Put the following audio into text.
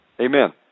Amen